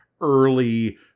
early